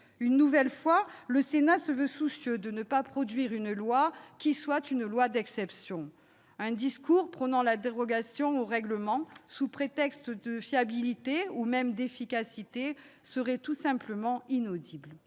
Une nouvelle fois, le Sénat est soucieux de ne pas produire une loi d'exception ; un discours prônant la dérogation au règlement sous prétexte de fiabilité, voire d'efficacité, serait tout simplement inaudible.